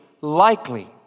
likely